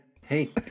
Hey